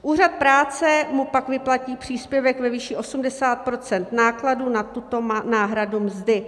Úřad práce mu pak vyplatí příspěvek ve výši 80 % nákladů na tuto náhradu mzdy.